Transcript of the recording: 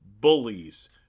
Bullies